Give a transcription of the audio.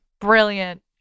Brilliant